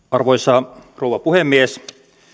arvoisa rouva puhemies